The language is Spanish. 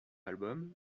álbum